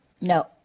no